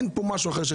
אין כןא משהו אחר.